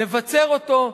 לבצר אותו,